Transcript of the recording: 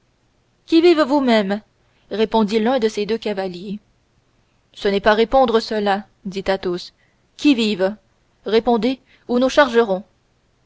qui vive vous-même répondit un de ces deux cavaliers ce n'est pas répondre cela dit athos qui vive répondez ou nous chargeons